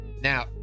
Now